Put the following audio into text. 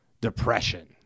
depression